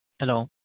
hello